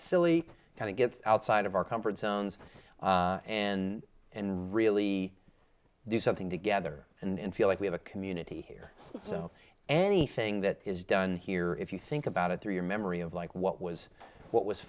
silly kind of get outside of our comfort zones and and really do something together and feel like we have a community here so anything that is done here if you think about it through your memory of like what was what was